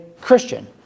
Christian